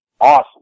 awesome